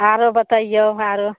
आरो बतइयौ आरो